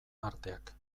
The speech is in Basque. arteak